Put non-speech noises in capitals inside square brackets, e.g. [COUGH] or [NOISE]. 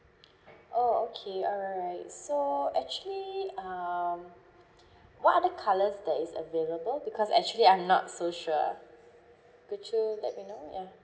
oh okay alright so actually um [BREATH] what other colours that is available because actually I'm not so sure could you let me know yeah